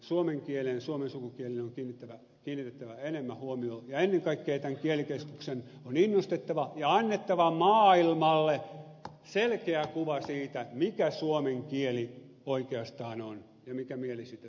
suomen kieleen suomen sukukieliin on kiinnitettävä enemmän huomiota ja ennen kaikkea tämän kielikeskuksen on innostettava ja annettava maailmalle selkeä kuva siitä mikä suomen kieli oikeastaan on ja mikä mieli siitä syntyy